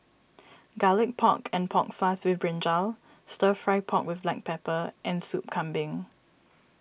Garlic Pork and Pork Floss with Brinjal Stir Fry Pork with Black Pepper and Soup Kambing